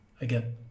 again